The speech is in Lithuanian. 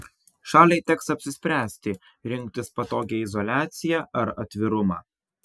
šaliai teks apsispręsti rinktis patogią izoliaciją ar atvirumą